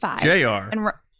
J-R